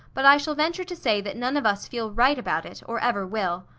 but i shall venture to say that none of us feel right about it, or ever will.